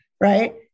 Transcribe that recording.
right